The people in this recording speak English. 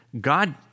God